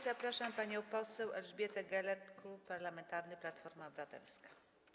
Zapraszam panią poseł Elżbietę Gelert, Klub Parlamentarny Platforma Obywatelska.